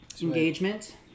Engagement